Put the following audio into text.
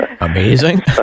Amazing